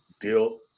deal